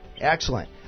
Excellent